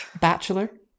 bachelor